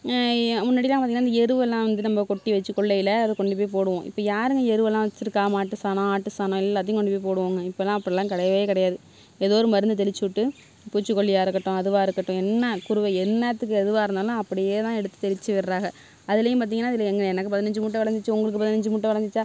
முன்னாடி எல்லாம் பார்த்திங்கன்னா இந்த எருவைலாம் வந்து நம்ம கொட்டி வெச்சு கொல்லையில் அதை கொண்டுபோய் போடுவோம் இப்போ யாருங்க எருவெல்லாம் வெச்சிருக்கா மாட்டு சாணம் ஆட்டு சாணம் எல்லாத்தையும் கொண்டுபோய் போடுவோம்ங்க இப்போல்லாம் அப்பிட்லாம் கிடையவே கிடையாது ஏதோ ஒரு மருந்தை தெளித்து விட்டு பூச்சிக்கொல்லியாக இருக்கட்டும் அதுவாக இருக்கட்டும் என்ன குறுவை என்னத்துக்கு எதுவாக இருந்தாலும் அப்படியேதான் எடுத்து தெளித்து விட்றாங்க அதுலேயும் பார்த்திங்கன்னா இதில் எங்கள் எனக்கு பதினைஞ்சு மூட்டை வெளைஞ்சிச்சி உங்களுக்கு பதினைஞ்சு மூட்டை வெளைஞ்சிச்சா